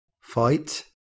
fight